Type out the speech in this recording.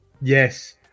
yes